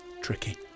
tricky